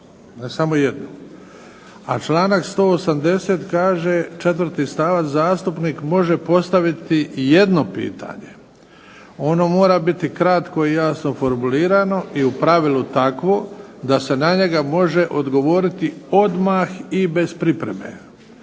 a članak 180. kaže, četvrti stavak: "Zastupnik može postaviti jedno pitanje. Ono mora biti kratko i jasno formulirano i u pravilu takvo da se na njega može odgovoriti odmah i bez pripreme."